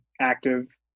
active